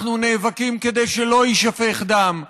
אנחנו נאבקים כדי שלא יישפך דם,